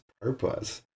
purpose